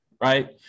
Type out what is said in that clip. right